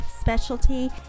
specialty